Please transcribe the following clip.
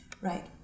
Right